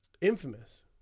Infamous